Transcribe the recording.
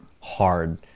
hard